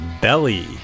belly